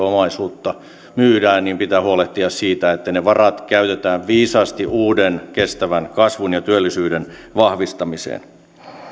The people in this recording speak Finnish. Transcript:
omaisuutta myydään pitää huolehtia siitä että ne varat käytetään viisaasti uuden kestävän kasvun ja työllisyyden vahvistamiseen